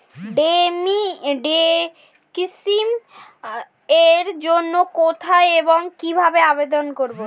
Day scheme এর জন্য কোথায় এবং কিভাবে আবেদন করব?